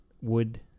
wood